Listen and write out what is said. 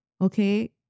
okay